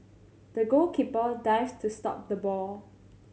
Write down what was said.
the goalkeeper dived to stop the ball